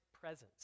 presence